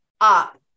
up